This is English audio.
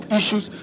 issues